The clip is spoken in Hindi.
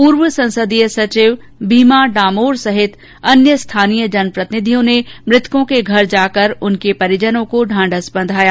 पूर्व संसदीय सचिव भमा डामोर सहित अन्य स्थानीय जनप्रतिनिधियों ने मृतकों के घर जाकर उनके परिजनों को ढांढस बंधाया